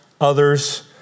others